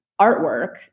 artwork